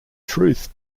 truth